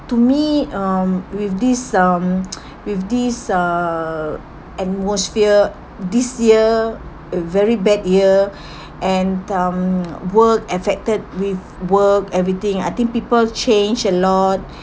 to me um with this um with this uh atmosphere this year a very bad year and and um work affected with work everything I think people change a lot